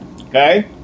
Okay